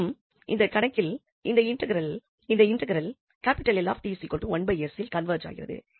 மேலும் இந்த கணக்கில் இந்த இன்டெக்ரல் இந்த இல் கன்வேர்ஜ் ஆகிறது